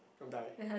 go and die